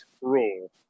Rule